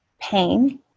pain